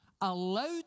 allowed